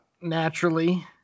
naturally